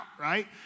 right